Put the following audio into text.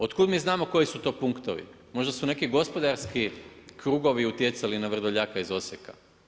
Otkuda mi znamo koji su to punktovi, možda su neki gospodarski krugovi utjecali na Vrdoljaka iz Osijeka.